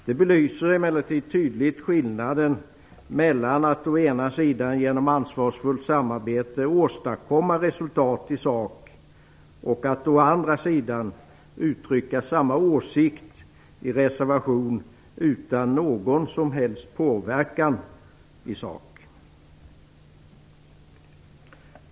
Det belyser emellertid tydligt skillnaden mellan att å ena sidan genom ansvarsfullt samarbete åstadkomma resultat i sak och att å andra sidan uttrycka samma åsikt i reservation utan någon som helst påverkan i sak.